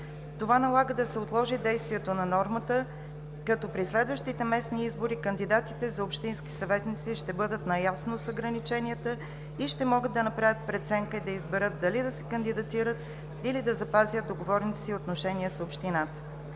Това налага да се отложи действието на нормата, като при следващите местни избори кандидатите за общински съветници ще бъдат наясно с ограниченията и ще могат да направят преценка и да изберат дали да се кандидатират или да запазят договорните си отношения с общината.